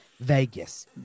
Vegas